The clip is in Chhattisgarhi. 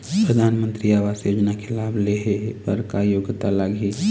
परधानमंतरी आवास योजना के लाभ ले हे बर का योग्यता लाग ही?